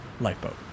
lifeboat